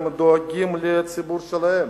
הם דואגים לציבור שלהם.